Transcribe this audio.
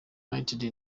united